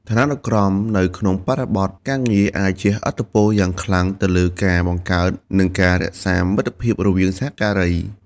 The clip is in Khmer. ឋានានុក្រមនៅក្នុងបរិបទការងារអាចជះឥទ្ធិពលយ៉ាងខ្លាំងទៅលើការបង្កើត និងការរក្សាមិត្តភាពរវាងសហការី។